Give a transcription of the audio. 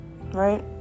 right